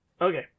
Okay